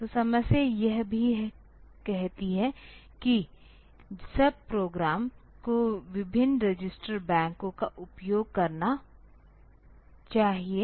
तो समस्या यह भी कहती है कि सब प्रोग्राम को विभिन्न रजिस्टर बैंकों का उपयोग करना चाहिए